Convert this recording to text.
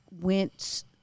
went